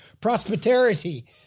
prosperity